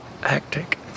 hectic